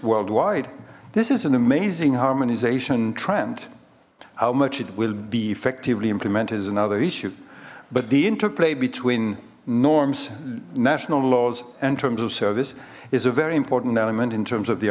worldwide this is an amazing harmonization trend how much it will be effectively implemented as another issue but the interplay between norms national laws and terms of service is a very important element in terms of the